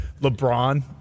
LeBron